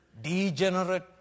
degenerate